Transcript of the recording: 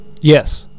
Yes